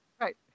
Right